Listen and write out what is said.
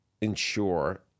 ensure